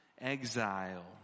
exile